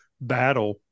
battle